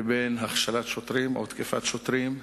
ובין הכשלת שוטרים או תקיפת שוטרים.